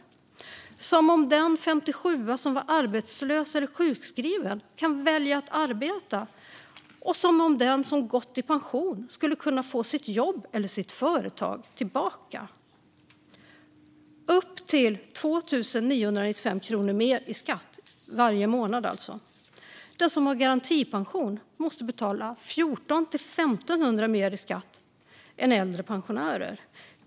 Det är som om den 57:a som var arbetslös eller sjukskriven kan välja att arbeta och som om den som gått i pension skulle kunna få sitt jobb eller sitt företag tillbaka. Det är alltså upp till 2 995 kronor mer i skatt varje månad. Den som har garantipension måste betala 1 400-1 500 kronor mer i skatt än äldre pensionärer.